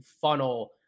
funnel